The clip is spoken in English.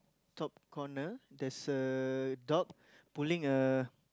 top corner there's a dog pulling a